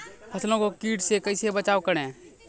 फसलों को कीट से कैसे बचाव करें?